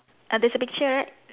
ah there's a picture right